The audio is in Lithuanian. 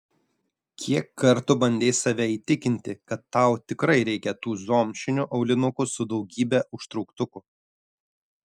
kiek kartų bandei save įtikinti kad tau tikrai reikia tų zomšinių aulinukų su daugybe užtrauktukų